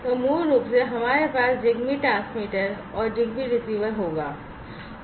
तो मूल रूप से हमारे पास ZigBee ट्रांसमीटर और ZigBee रिसीवर होगा